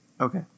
Okay